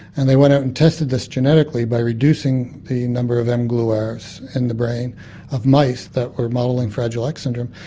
and they went out and tested this genetically by reducing the number of mglurs in the brain of mice that were modelling fragile x syndrome,